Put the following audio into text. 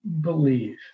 believe